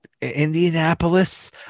Indianapolis